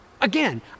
Again